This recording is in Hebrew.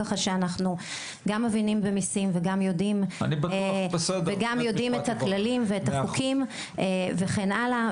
ככה שאנחנו גם מבינים במיסים וגם יודעים את הכללים ואת החוקים וכן הלאה,